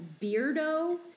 Beardo